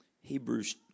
Hebrews